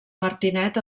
martinet